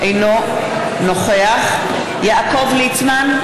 אינו נוכח יעקב ליצמן,